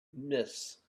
miss